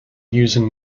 using